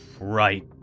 Right